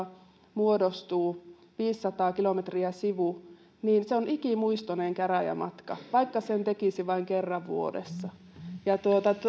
muodostuu viisisataa kilometriä sivu niin se on ikimuistoinen käräjämatka vaikka sen tekisi vain kerran vuodessa